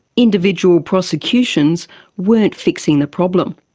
individual prosecutions weren't fixing the problem.